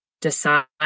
decide